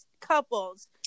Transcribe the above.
couples